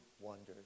wonders